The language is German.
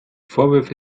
vorwürfe